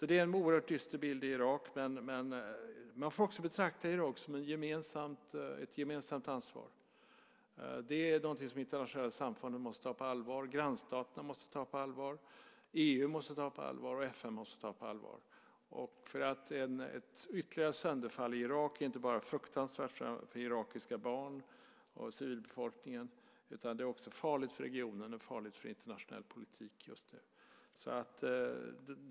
Det är en oerhört dyster bild i Irak, men man får också betrakta Irak som ett gemensamt ansvar. Det är något som det internationella samfundet måste ta på allvar. Grannstaterna måste ta det på allvar, liksom EU och FN. Ett ytterligare sönderfall i Irak är inte bara fruktansvärt för irakiska barn och för civilbefolkningen, utan det är också farligt för regionen och för internationell politik just nu.